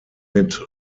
mit